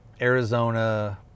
Arizona